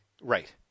Right